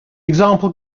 example